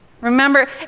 remember